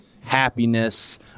happiness